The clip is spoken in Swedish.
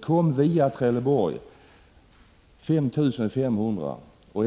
kom via Trelleborg 5 500 flyktingar.